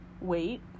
wait